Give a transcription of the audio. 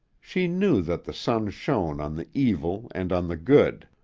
she knew that the sun shone on the evil and on the good,